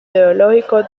ideológico